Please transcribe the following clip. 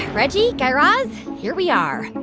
reggie, guy raz. here we are.